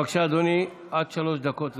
בבקשה, אדוני, עד שלוש דקות לרשותך.